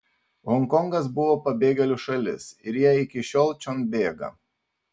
honkongas buvo pabėgėlių šalis ir jie iki šiol čion bėga